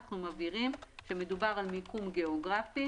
אנחנו מבהירים שמדובר על מיקום גיאוגרפי